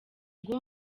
ngo